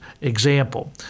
example